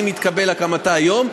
אם תתקבל הקמתה היום,